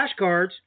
flashcards